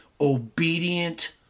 Obedient